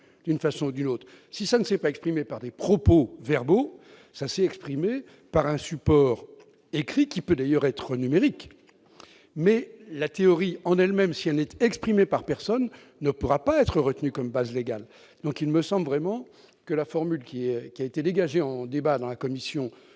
d'une façon d'une autre, si ça ne s'est pas exprimée par des propos verbaux ça s'est exprimée par un support écrit, qui peut d'ailleurs être numérique mais la théorie en elle-même si elle n'était exprimée par personne ne pourra pas être retenu comme base légale, donc il me semble vraiment que la formule qui, qui a été dégagé en débat dans la commission,